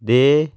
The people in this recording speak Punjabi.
ਦੇ